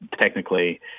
technically